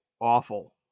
awful